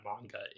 manga